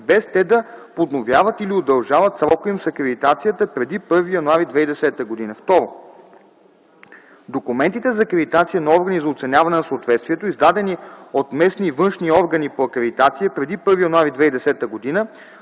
без те да подновяват или удължават срока им с акредитацията преди 1 януари 2010 г. 2. Документите за акредитация на органи за оценяване на съответствието, издадени от местни и външни органи по акредитация преди 1 януари 2010 г.,